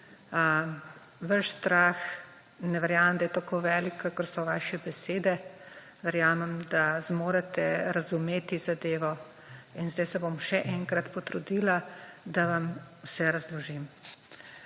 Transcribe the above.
Vaš strah, ne verjamem, da je tako velik, kakor so vaše besede. Verjamem, da zmorete razumeti zadevo in zdaj se bom še enkrat potrudila, da vam vse razložim.